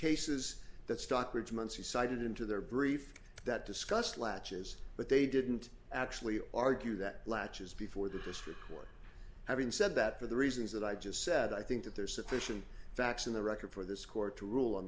cases that stockbridge months he cited into their brief that discussed latches but they didn't actually argue that latches before the district court having said that for the reasons that i just said i think that there are sufficient facts in the record for this court